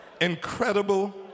incredible